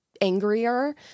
angrier